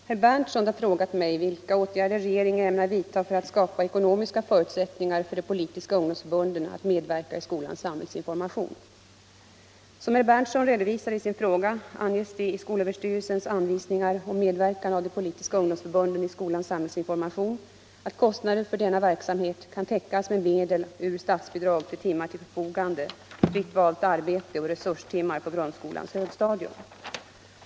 291, och anförde: Herr talman! Herr Berndtson har frågat mig vilka åtgärder regeringen ämnar vidta för att skapa ekonomiska förutsättningar för de politiska ungdomsförbunden att medverka i skolans samhällsinformation. Som herr Berndtson redovisar i sin fråga anges det i skolöverstyrelsens anvisningar om medverkan av de politiska ungdomsförbunden i skolans samhällsinformation att kostnader för denna verksamhet kan täckas med medel ur statsbidrag till timmar till förfogande, fritt valt arbete och resurstimmar på grundskolans högstadium.